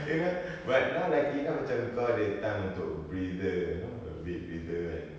you know but now lucky enough macam kau ada time untuk breather you know a bit breather and